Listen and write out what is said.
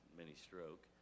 mini-stroke